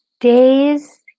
Days